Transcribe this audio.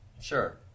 Sure